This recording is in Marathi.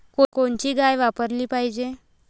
कोनची गाय वापराली पाहिजे?